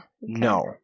No